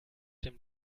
dem